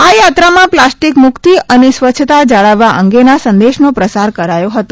આ યાત્રામાં પ્લાસ્ટીકમુકિત અને સ્વચ્છતા જાળવવા અંગેના સંદેશનો પ્રસાર કરાયો હતો